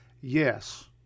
yes